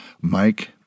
Mike